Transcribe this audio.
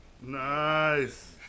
Nice